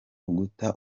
uguta